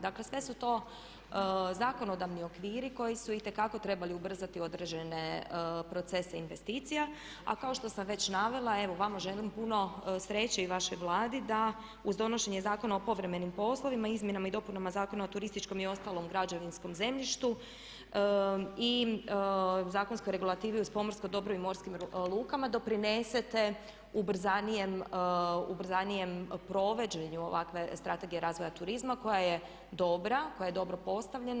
Dakle, sve su to zakonodavni okviri koji su itekako trebali ubrzati određene procese investicija, a kao što sam već navela evo vama želim puno sreće i vašoj Vladi da uz donošenje Zakona o povremenim poslovima, izmjenama i dopunama Zakona o turističkom i ostalom građevinskom zemljištu i zakonskoj regulativi uz pomorsko dobro i morskim lukama doprinesete ubrzanijem provođenju ovakve Strategije razvoja turizma koja je dobra, koja je dobro postavljena.